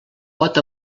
pot